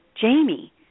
Jamie